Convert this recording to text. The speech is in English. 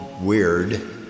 weird